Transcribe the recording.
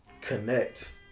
connect